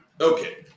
Okay